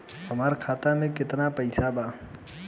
हमार खाता में केतना पैसा बा?